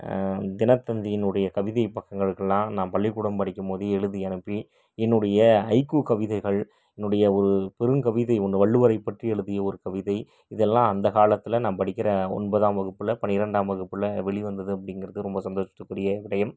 தினத்தந்தியினுடைய கவிதை பக்கங்களுக்குலாம் நான் பள்ளிக்கூடம் படிக்கும் போதே எழுதி அனுப்பி என்னுடைய ஐக்கூ கவிதைகள் என்னுடைய ஒரு குறுங்கவிதை ஒன்று வள்ளுவரைப் பற்றி எழுதிய ஒரு கவிதை இதெல்லாம் அந்த காலத்தில் நான் படிக்கின்ற ஒன்பதாம் வகுப்பில் பனிரெண்டாம் வகுப்பில் வெளி வந்தது அப்படிங்கிறது ரொம்ப சந்தோசத்துக்குரிய விடையம்